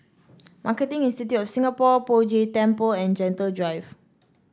Marketing Institute of Singapore Poh Jay Temple and Gentle Drive